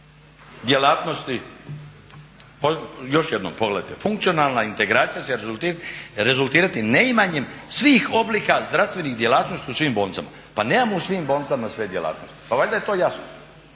djelatnosti. Još jednom pogledajte "Funkcionalna integracija će rezultirati neimanjem svih oblika zdravstvenih djelatnosti u svim bolnicama." Pa nemamo u svim bolnicama sve djelatnosti pa valjda je to jasno